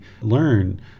learn